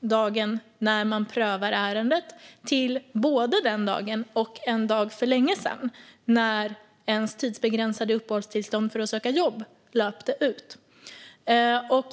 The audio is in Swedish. dagen när man prövar ärendet till både den dagen och en dag för länge sedan, när ens tidsbegränsade uppehållstillstånd för att söka jobb löpte ut.